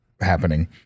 happening